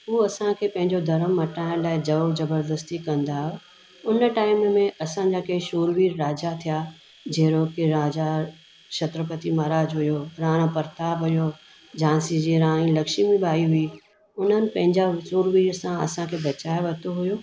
उहे असांखे पंहिंजो धर्मु मटाइण लाइ ज़ोरु ज़बरदस्ती कंदा उन टाइम में असांजा कंहिं शूरवीर राजा थिया जहिड़ो की राजा क्षत्रपती महाराज हुओ राना प्रताप हुओ झांसी जी रानी लक्ष्मी बाई हुई उन्हनि पंहिंजा शूरवीर सां असांखे बचाए वरितो हुओ